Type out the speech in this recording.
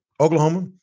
oklahoma